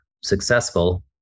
successful